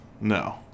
no